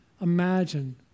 Imagine